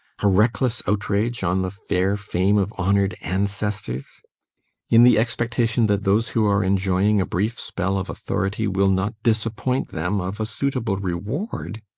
a reckless outrage on the fair fame of honoured ancestors in the expectation that those who are enjoying a brief spell of authority will not disappoint them of a suitable reward.